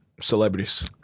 Celebrities